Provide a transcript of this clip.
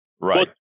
Right